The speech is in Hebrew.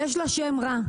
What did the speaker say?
יש לה שם רע.